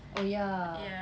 oh ya